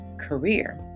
career